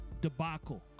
debacle